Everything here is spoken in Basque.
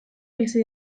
bizi